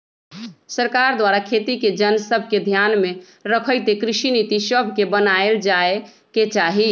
सरकार द्वारा खेती के जन सभके ध्यान में रखइते कृषि नीति सभके बनाएल जाय के चाही